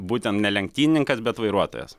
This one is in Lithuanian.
būtent ne lenktynininkas bet vairuotojas